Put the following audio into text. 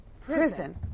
prison